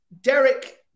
Derek